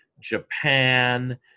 Japan